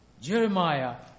Jeremiah